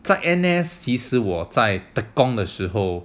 在 N_S 其实我在 tekong 的时候